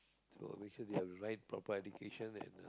so basically with the right proper education and uh